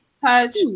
touch